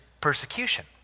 persecution